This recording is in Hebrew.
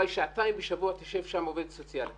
אולי שעתיים בשבוע תשב שם עובדת סוציאלית